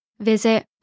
Visit